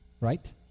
right